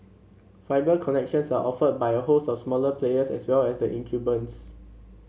fibre connections are offered by a host of smaller players as well as the incumbents